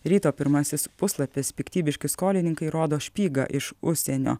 ryto pirmasis puslapis piktybiški skolininkai rodo špygą iš užsienio